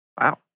Wow